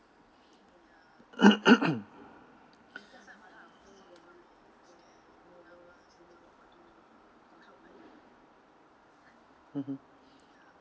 (uh huh)